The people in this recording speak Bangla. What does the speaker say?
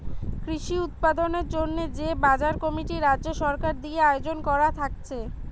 কৃষি উৎপাদনের জন্যে যে বাজার কমিটি রাজ্য সরকার দিয়ে আয়জন কোরা থাকছে